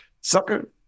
Sucker